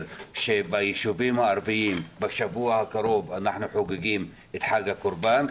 שביישובים הערביים בשבוע הקרוב אנחנו חוגגים את חג הקורבן,